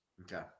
Okay